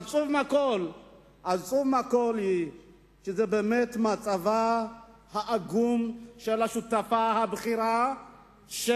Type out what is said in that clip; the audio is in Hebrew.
עצוב מכול הוא באמת מצבה העגום של השותפה הבכירה של